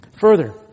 Further